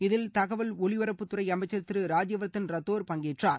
இதில் தகவல் ஒலிபரப்புத்துறை அமைச்சர் திரு ராஜ்யவர்தன் சிங் ரத்தோர் பங்கேற்றார்